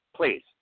Please